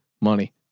Money